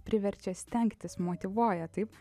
priverčia stengtis motyvuoja taip